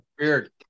Weird